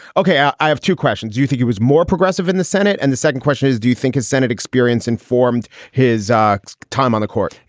ok. yeah i have two questions. do you think he was more progressive in the senate? and the second question is, do you think his senate experience informed his um time on the court?